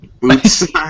Boots